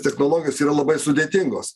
technologijos yra labai sudėtingos